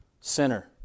sinner